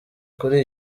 kuri